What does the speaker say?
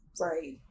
Right